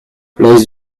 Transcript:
place